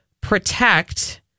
protect